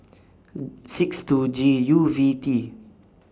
six two G U V T